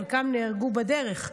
חלקם נהרגו בדרך,